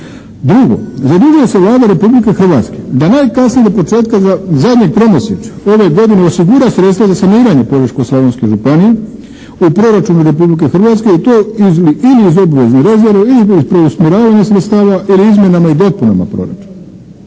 "2. Zadužuje se Vlada Republike Hrvatske da najkasnije do početka zadnjeg tromjesječja ove godine osigura sredstva za saniranje Požeško-slavonske županije u proračunu Republike Hrvatske i to ili iz obvezne rezerve ili iz preusmjeravanja sredstava ili izmjenama i dopunama proračuna."